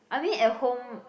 I mean at home